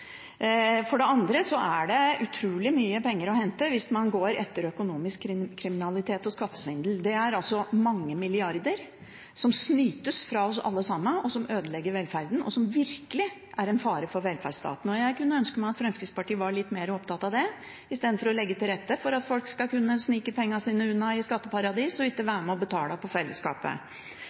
For det andre er det utrolig mye penger å hente hvis man går etter økonomisk kriminalitet og skattesvindel. Det er mange milliarder som snytes fra oss alle sammen, og som ødelegger velferden, og som virkelig er en fare for velferdsstaten. Jeg kunne ønske at Fremskrittspartiet var litt mer opptatt av det istedenfor å legge til rette for at folk skal kunne snike pengene sine unna i skatteparadis og ikke være med på å betale til fellesskapet.